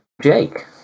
Jake